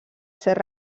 ser